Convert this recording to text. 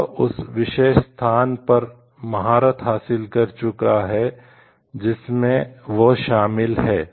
वह उस विशेष स्थान पर महारत हासिल कर चुका है जिसमें वह शामिल है